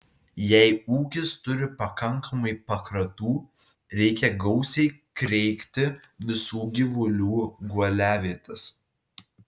jei ūkis turi pakankamai pakratų reikia gausiai kreikti visų gyvulių guoliavietes